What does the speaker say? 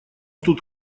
тут